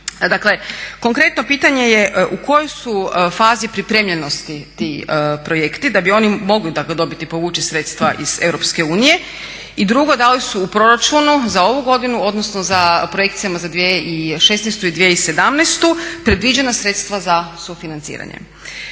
dakle konkretno pitanje je u kojoj su fazi pripremljenosti ti projekti da bi oni mogli dakle dobiti i povući sredstva iz EU? I drugo, da li su u proračunu za ovu godinu, odnosno u projekcijama za 2016. i 2017. predviđena sredstva za sufinanciranje?